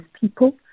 people